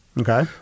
Okay